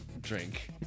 drink